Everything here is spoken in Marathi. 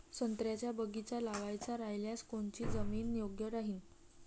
संत्र्याचा बगीचा लावायचा रायल्यास कोनची जमीन योग्य राहीन?